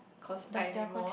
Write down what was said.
cause I need more